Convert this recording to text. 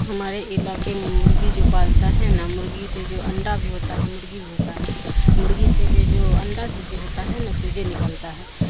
ہمارے علاقے میں مرغی جو پالتا ہے نہا مرغی سے جو انڈا بھی ہوتا ہے مرغی بھی ہوتا ہے مرغی سے بھی جو انڈا سے جو ہوتا ہے نہ چجے نکلتا ہے